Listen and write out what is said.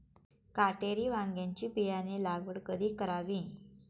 काटेरी वांग्याची बियाणे लागवड कधी करावी?